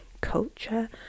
culture